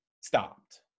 stopped